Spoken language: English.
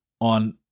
on